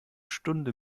stunde